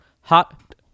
hot